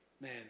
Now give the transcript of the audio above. Man